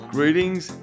Greetings